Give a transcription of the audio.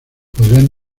podrían